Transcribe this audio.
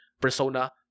persona